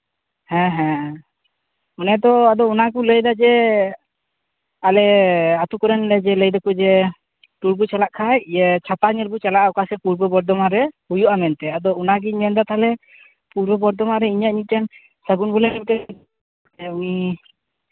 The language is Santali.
ᱦᱮᱸ ᱦᱮᱸ ᱚᱱᱮ ᱛᱚ ᱚᱱᱟ ᱜᱮᱠᱚ ᱞᱟᱹᱭᱫᱟ ᱡᱮ ᱟᱞᱮ ᱟᱹᱛᱩ ᱠᱚᱨᱮᱱ ᱞᱟᱹᱭ ᱫᱟᱠᱚ ᱡᱮ ᱴᱩᱨ ᱯᱮ ᱪᱟᱞᱟᱜ ᱠᱷᱟᱱ ᱪᱷᱟᱛᱟ ᱧᱮᱞ ᱵᱚ ᱪᱟᱞᱟᱜᱼᱟ ᱚᱠᱟ ᱥᱮᱫ ᱯᱩᱨᱵᱚ ᱵᱚᱨᱫᱷᱚᱢᱟᱱ ᱨᱮ ᱦᱩᱭᱩᱜᱼᱟ ᱢᱮᱱᱛᱮ ᱟᱫᱚ ᱚᱱᱟᱜᱤᱧ ᱢᱮᱱᱫᱟ ᱛᱟᱦᱞᱮ ᱯᱩᱨᱵᱚ ᱵᱚᱨᱫᱷᱚᱢᱟᱱ ᱨᱮ ᱤᱧᱟᱹᱜ ᱢᱤᱫᱴᱮᱱ ᱥᱟᱹᱜᱩᱱ ᱵᱚᱞᱮ ᱢᱤᱫᱴᱮᱱ ᱩᱱᱤ